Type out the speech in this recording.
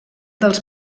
dels